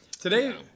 Today